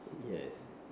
yes